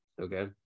okay